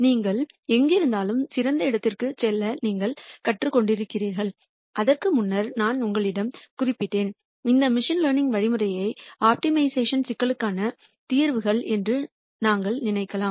நீங்கள் எங்கிருந்தாலும் சிறந்த இடத்திற்குச் செல்ல நீங்கள் கற்றுக் கொண்டிருக்கிறீர்கள் அதற்கு முன்னர் நான் உங்களிடம் குறிப்பிட்டேன் இந்த மெஷின் லேர்னிங் வழிமுறையை ஆப்டிமைசேஷன் சிக்கல்களுக்கான தீர்வுகள் என்று நாங்கள் நினைக்கலாம்